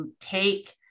take